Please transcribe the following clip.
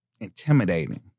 intimidating